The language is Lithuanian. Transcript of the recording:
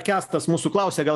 kęstas mūsų klausia gal